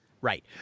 Right